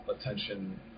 attention